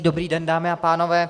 Dobrý den, dámy a pánové.